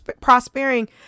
prospering